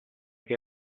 che